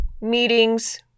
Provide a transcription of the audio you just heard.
meetings